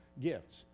gifts